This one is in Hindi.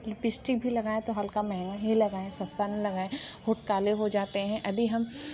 लिपिस्टिक भी लगाएं तो हल्का महंगा ही लगाएं सस्ता ना लगाएं होंठ काले हो जाते हैं यदि हम